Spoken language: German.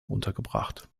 untergebracht